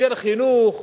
של חינוך,